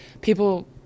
people –